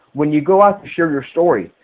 when you go out to share your story,